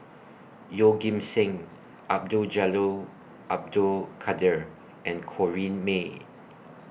Yeoh Ghim Seng Abdul Jalil Abdul Kadir and Corrinne May